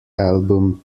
album